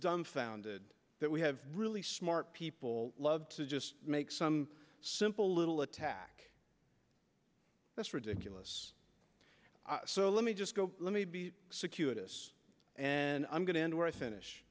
dumbfounded that we have really smart people love to just make some simple little attack that's ridiculous so let me just let me be executed us and i'm going to end where i finish